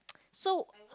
so